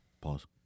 Pause